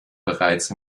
bereits